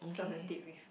sounds like date with